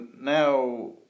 now